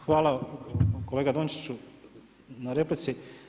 Hvala kolega Dončiću na replici.